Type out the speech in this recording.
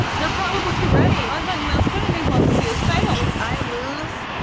they're probably right. i think that's funny they want to see us fail. if i lose,